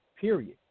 period